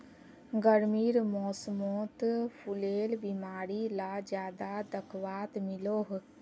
गर्मीर मौसमोत फुलेर बीमारी ला ज्यादा दखवात मिलोह